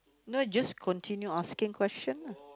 no just continue asking question lah